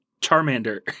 Charmander